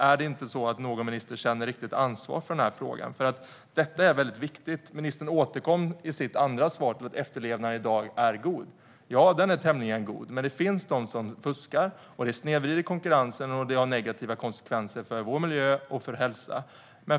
Är det så att det inte är någon minister som känner riktigt ansvar för frågan? Ministern återkom i sitt andra inlägg till att efterlevnaden i dag är god. Ja, den är tämligen god. Men det finns de som fuskar, och det snedvrider konkurrensen och har negativa konsekvenser för vår miljö och hälsa.